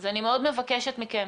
אז אני מאוד מבקשת מכם,